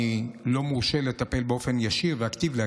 אני לא מורשה לטפל באופן ישיר ואקטיבי,